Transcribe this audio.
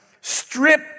strip